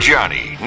Johnny